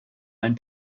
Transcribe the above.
ein